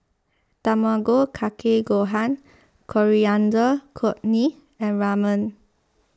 Tamago Kake Gohan Coriander Cortney and Ramen